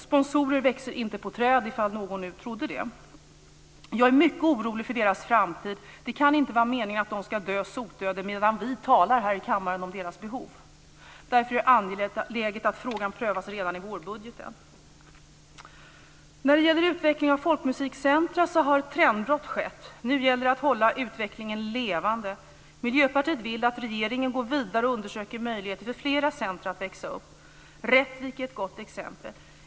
Sponsorer växer inte på träd ifall någon nu trodde det. Jag är mycket orolig för akademins framtid. Det kan inte vara meningen att den ska dö sotdöden medan vi talar här i kammaren om dess behov. Därför är det angeläget att frågan prövas redan i vårbudgeten. När det gäller utvecklingen av folkmusikcentrum har ett trendbrott skett. Nu gäller det att hålla utvecklingen levande. Miljöpartiet vill att regeringen går vidare och undersöker möjligheten för flera centrum att växa upp. Rättvik är ett gott exempel.